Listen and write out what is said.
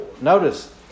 notice